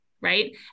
right